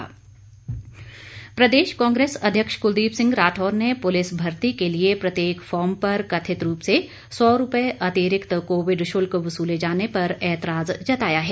राठौर प्रदेश कांग्रेस अध्यक्ष कुलदीप सिंह राठौर ने पुलिस भर्ती के लिए प्रत्येक फॉर्म पर कथित रूप से सौ रूपए अतिरिक्त कोविड शुल्क वसूलें जाने पर एतराज जताया है